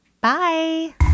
Bye